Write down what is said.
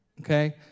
Okay